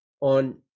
on